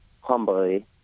humbly